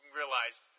realized